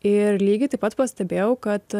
ir lygiai taip pat pastebėjau kad